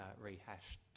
rehashed